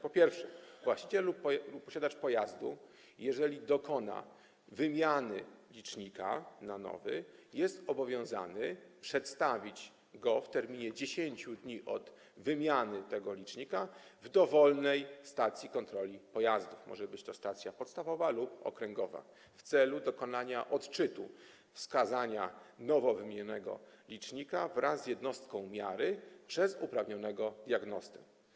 Po pierwsze, właściciel lub posiadacz pojazdu, jeżeli dokona wymiany licznika na nowy, jest obowiązany przedstawić go w terminie 10 dni od jego wymiany w dowolnej stacji kontroli pojazdów - może być to stacja podstawowa lub okręgowa - w celu dokonania odczytu wskazania nowo wymienionego licznika wraz z jednostką miary przez uprawnionego diagnostę.